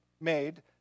made